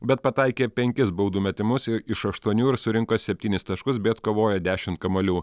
bet pataikė penkis baudų metimus iš aštuonių ir surinko septynis taškus bei atkovojo dešimt kamuolių